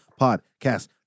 podcast